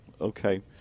Okay